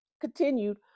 continued